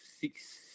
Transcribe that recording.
six